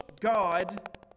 God